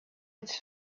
its